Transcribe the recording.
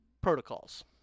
protocols